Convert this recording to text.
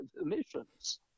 emissions